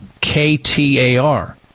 K-T-A-R